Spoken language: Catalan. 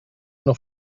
una